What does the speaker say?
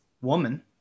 woman